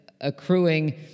accruing